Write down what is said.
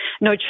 No